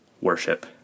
worship